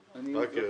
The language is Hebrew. להפריע.